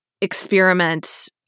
experiment